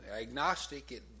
agnostic